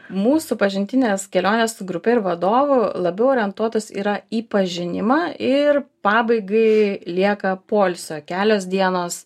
mūsų pažintinės kelionės su grupe ir vadovu labiau orientuotos yra į pažinimą ir pabaigai lieka poilsio kelios dienos